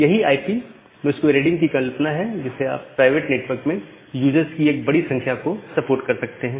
यही IP masquerading की संकल्पना है जिससे आप प्राइवेट नेटवर्क में यूजर्स की एक बड़ी संख्या को सपोर्ट कर सकते हैं